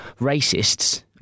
racists